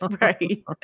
right